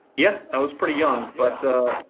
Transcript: yeah, i was pretty young, but,